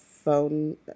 phone